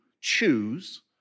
choose